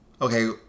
okay